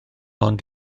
ond